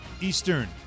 Eastern